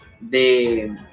de